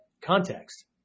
context